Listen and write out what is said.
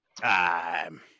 Time